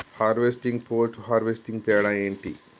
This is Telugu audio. హార్వెస్టింగ్, పోస్ట్ హార్వెస్టింగ్ తేడా ఏంటి?